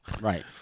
Right